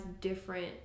different